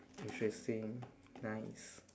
interesting nice